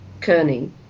Kearney